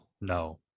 No